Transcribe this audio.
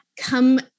come